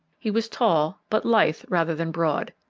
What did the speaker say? he was tall, but lithe rather than broad.